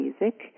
music